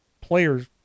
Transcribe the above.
players